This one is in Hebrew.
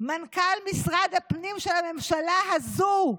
מנכ"ל משרד הפנים של הממשלה הזו,